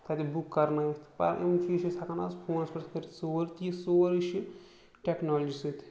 تَتہِ بُک کَرنٲوِتھ یِم چیٖز چھِ ہیٚکان اَز فونَس پٮ۪ٹھ تہِ کٔرِتھ سور تہٕ یہِ سورُے چھُ ٹٮ۪کنالجی سۭتۍ